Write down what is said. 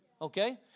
okay